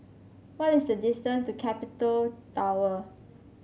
what is the distance to Capital Tower